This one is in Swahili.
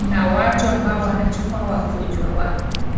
na watu ambao wanachunga wagonjwa wao.